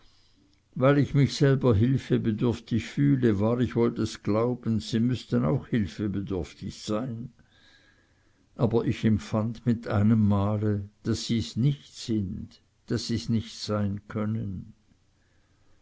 weil ich mich selber hilfebedürftig fühle war ich wohl des glaubens sie müßten auch hilfebedürftig sein aber ich empfinde mit einem male daß sie's nicht sind daß sie's nicht sein können